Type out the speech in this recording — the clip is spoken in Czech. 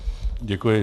Děkuji.